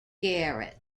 garrett